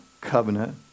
Covenant